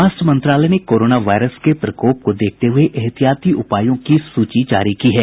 स्वास्थ्य मंत्रालय ने कोरोना वायरस के प्रकोप को देखते हुए एहतिहाती उपायों की सूची जारी की है